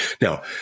Now